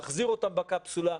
להחזיר אותם בקפסולה.